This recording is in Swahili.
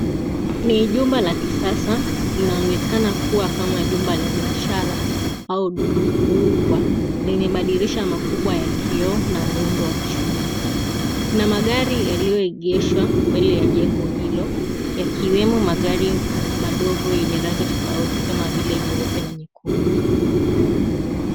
Ni jumba la kisasa, inaonekana kuwa kama jumba la biashara au duka kubwa, lenye madirisha makubwa ya kioo na muundo wa chuma. Kuna magari yaliyoegeshwa mbele ya jengo hilo, yakiwemo magari madogo yenye rangi tofauti kama vile nyeupe na nyekundu.